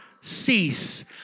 cease